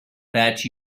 that